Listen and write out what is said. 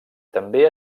també